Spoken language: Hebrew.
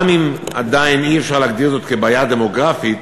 גם אם עדיין אי-אפשר להגדיר זאת כבעיה דמוגרפית,